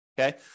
okay